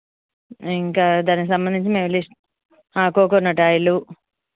ఇంకా దానికి సంబందించి మేము లిస్ట్ కోకోనట్ ఆయిలు